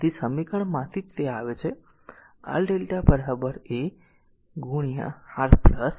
તેથી આ સમીકરણમાંથી જ તે સામે આવે છે R Δ a માં R ગુણાકાર